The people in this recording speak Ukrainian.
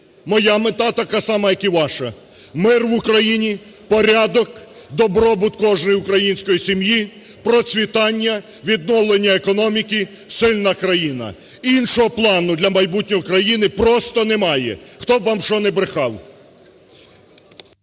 Моя мета така сама як і ваша – мир в Україні, порядок, добробут кожної української сім'ї, процвітання, відновлення економіки, сильна країна, іншого плану для майбутнього країни просто немає, хто б вам що не брехав.